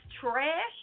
trash